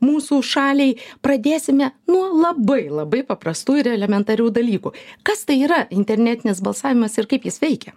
mūsų šaliai pradėsime nuo labai labai paprastų ir elementarių dalykų kas tai yra internetinis balsavimas ir kaip jis veikia